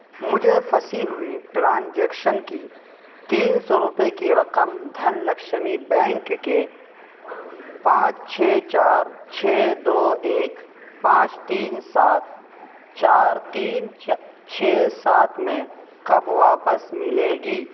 مجھے پھنسی ہوئی ٹرانجیکشن کی تین سو روپے کی رقم دھن لکشمی بینک کے پانچ چھ چار چھ دو ایک پانچ تین سات چار تین چھ سات میں کب واپس ملے گی